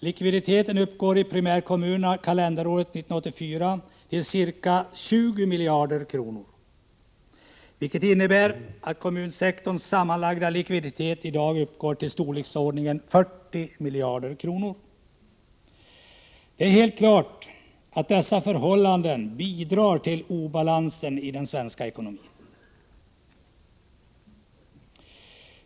Likviditeten uppgår i primärkommunerna kalenderåret 1984 till ca 20 miljarder kronor, vilket innebär att kommunsektorns sammanlagda likviditet i dag uppgår till i storleksordningen 40 miljarder kronor. Det är helt klart att dessa förhållanden bidrar till obalansen i den svenska ekonomin.